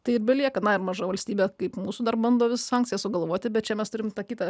tai belieka na maža valstybė kaip mūsų dar bando vis sankcijas sugalvoti bet čia mes turim tą kitą